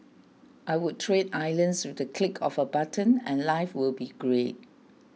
I would trade islands with the click of a button and life would be great